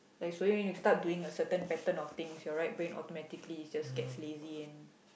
like so you when you start doing a certain pattern of things your right brain automatically just gets lazy and